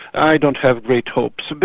i don't have great hopes. but